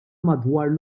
madwar